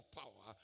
power